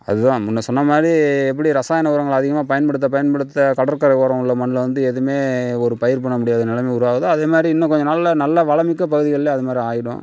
அதுதான் முன்னே சொன்ன மாதிரி எப்படி ரசாயன உரங்களை அதிகமாக பயன்படுத்த பயன்படுத்த கடற்கரை ஓரம் உள்ள மண்ணில் வந்து எதுவுமே ஒரு பயிர் பண்ண முடியாத நிலமை உருவாகுதோ அது மாதிரி இன்னும் கொஞ்சம் நாளில் நல்ல வளமிக்க பகுதிகளில் அது மாதிரி ஆகிடும்